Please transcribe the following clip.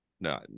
no